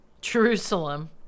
Jerusalem